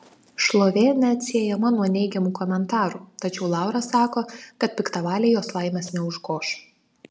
šlovė neatsiejama nuo neigiamų komentarų tačiau laura sako kad piktavaliai jos laimės neužgoš